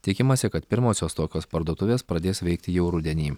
tikimasi kad pirmosios tokios parduotuvės pradės veikti jau rudenį